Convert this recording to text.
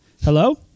Hello